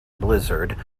blizzard